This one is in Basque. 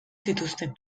zituzten